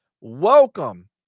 Welcome